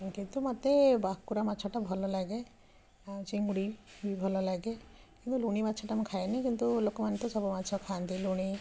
କିନ୍ତୁ ମୋତେ ଭାକୁର ମାଛଟା ଭଲ ଲାଗେ ଆଉ ଚିଙ୍ଗୁଡ଼ି ବି ଭଲ ଲଗେ କିନ୍ତୁ ଲୁଣି ମାଛଟା ମୁଁ ଖାଏନି କିନ୍ତୁ ଲୋକମାନେ ତ ସବୁ ମାଛ ଖାଆନ୍ତି ଲୁଣି